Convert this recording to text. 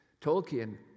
Tolkien